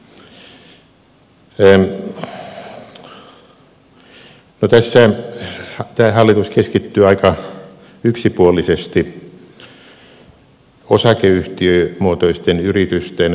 tämä hallitus keskittyy aika yksipuolisesti osakeyhtiömuotoisten yritysten verohelpotuksiin